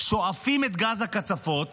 שואפים את גז הקצפות